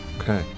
Okay